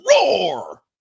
roar